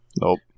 Nope